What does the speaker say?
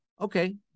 Okay